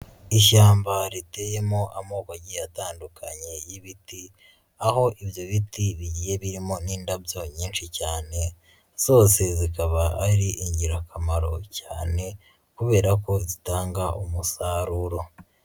Ishyamba riteyemo amoko atandukanye y'ibiti, aho ibyo biti bigiyeye birimo n'indabyo nyinshi cyane, zose zikaba ari ingirakamaro cyane kubera ko zitanga umusaruro.